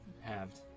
halved